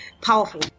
powerful